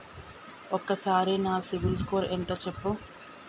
ఒక్కసారి నా సిబిల్ స్కోర్ ఎంత చెప్పు?